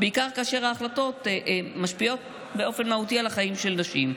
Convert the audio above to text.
בעיקר כאשר ההשפעות משפיעות באופן מהותי על החיים של נשים.